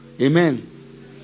Amen